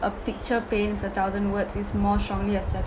a picture paints a thousand words is more strongly accepted